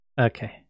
Okay